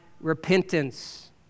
repentance